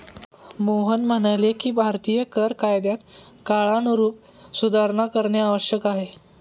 मोहन म्हणाले की भारतीय कर कायद्यात काळानुरूप सुधारणा करणे आवश्यक आहे